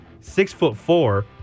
Six-foot-four